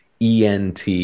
ENT